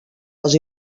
les